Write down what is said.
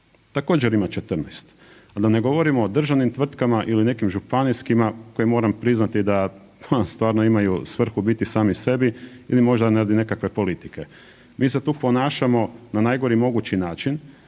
Također ima 14. A da ne govorimo o državnim tvrtkama ili nekim županijskima koje moram priznati da stvarno imaju svrhu biti sami sebi ili možda radi nekakve politike. Mi se tu ponašamo na najgori mogući način